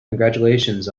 congratulations